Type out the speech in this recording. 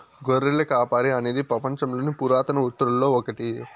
గొర్రెల కాపరి అనేది పపంచంలోని పురాతన వృత్తులలో ఒకటి